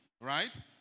right